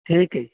ਠੀਕ ਹੈ ਜੀ